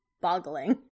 boggling